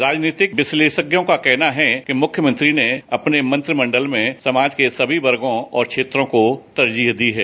राजनीतिक विश्लेषकों का कहना है कि मुख्यमंत्री ने अपने मंत्रिमंडल में समाज के सभी वर्गो और क्षेत्रों को तरजीह दी है